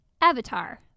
Avatar